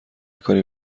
کاری